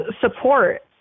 support